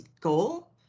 goal